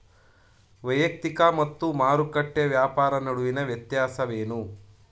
ವೈಯಕ್ತಿಕ ಮತ್ತು ಮಾರುಕಟ್ಟೆ ವ್ಯಾಪಾರ ನಡುವಿನ ವ್ಯತ್ಯಾಸವೇನು?